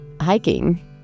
hiking